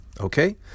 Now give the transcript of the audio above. Okay